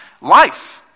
life